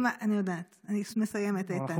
אני יודעת, אני מסיימת, איתן.